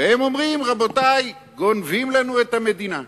והם אומרים: רבותי, גונבים לנו את המדינה.